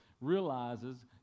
realizes